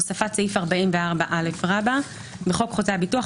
הוספת סעיף 44א 1. בחוק חוזה הביטוח,